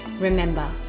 Remember